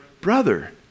brother